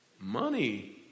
money